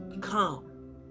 come